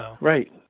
Right